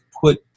put